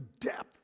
depth